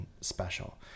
special